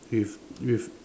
with with